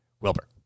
Wilbur